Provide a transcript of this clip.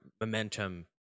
momentum